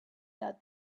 that